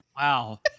Wow